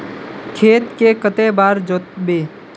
खेत के कते बार जोतबे?